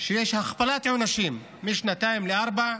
שיש הכפלת עונשים, משנתיים לארבע,